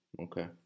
Okay